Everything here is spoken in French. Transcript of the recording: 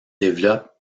développent